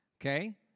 okay